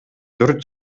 төрт